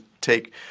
take